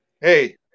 hey